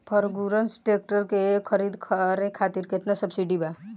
Ferguson tractor के खरीद करे खातिर केतना सब्सिडी बा?